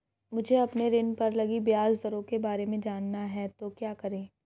मुझे अपने ऋण पर लगी ब्याज दरों के बारे में जानना है तो क्या करें?